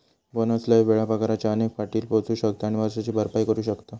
bonus लय वेळा पगाराच्या अनेक पटीत पोचू शकता आणि वर्षाची भरपाई करू शकता